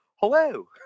Hello